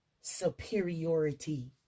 superiority